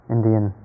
Indian